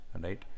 right